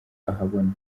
ahabona